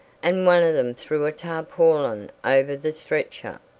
and one of them threw a tarpaulin over the stretcher.